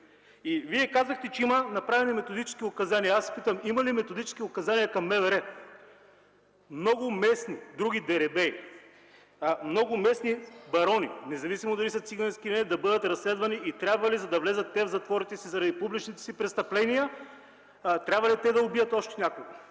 Вие казахте, че има направени методически указания. Аз питам: има ли методически указания към МВР много местни и други дерибеи, много местни барони, независимо дали са цигански или не, да бъдат разследвани и трябва ли те да влязат в затворите заради публичните си престъпления, трябва ли да убият още някой?